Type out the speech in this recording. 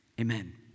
amen